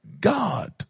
God